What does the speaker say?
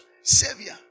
Savior